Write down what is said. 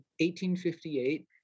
1858